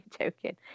joking